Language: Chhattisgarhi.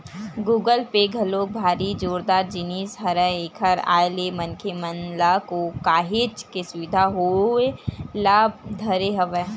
गुगल पे घलोक भारी जोरदार जिनिस हरय एखर आय ले मनखे मन ल काहेच के सुबिधा होय ल धरे हवय